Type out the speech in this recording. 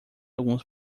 alguns